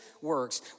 works